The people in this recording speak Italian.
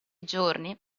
giorni